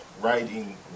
writing